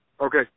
Okay